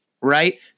right